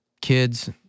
kids